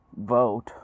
vote